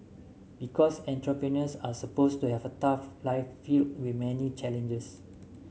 because entrepreneurs are supposed to have a tough life filled with many challenges